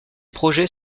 projets